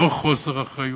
מתוך חוסר אחריות,